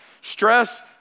stress